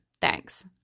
thanks